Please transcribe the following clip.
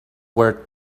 were